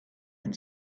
and